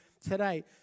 today